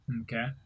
Okay